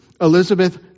Elizabeth